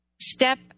Step